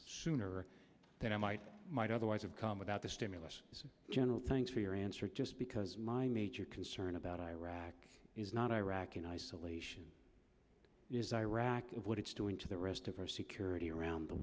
sooner than i might might otherwise have come without the stimulus general thanks for your answer just because my major concern about iraq is not iraq in isolation is iraq and what it's doing to the rest of our security around the